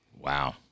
Wow